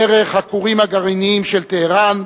דרך הכורים הגרעיניים של טהרן,